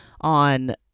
on